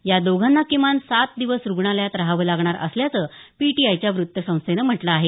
या दोघांना किमान सात दिवस रुग्णालयात रहावं लागणार असल्याचं पीटीआय वृत्तसंस्थेनं म्हटलं आहे